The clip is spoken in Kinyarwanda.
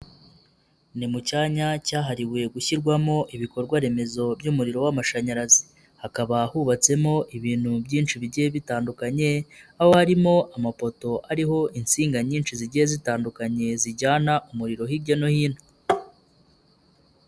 Ni mu cyanya cyahariwe gushyirwamo ibikorwa remezo by'umuriro w'amashanyarazi, hakaba hubatsemo ibintu byinshi bigiye bitandukanye, aho harimo amapoto ariho insinga nyinshi zigiye zitandukanye zijyana umuriro hirya no hino.